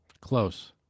Close